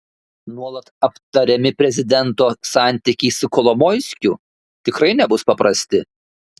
nuolat aptariami prezidento santykiai su kolomoiskiu tikrai nebus paprasti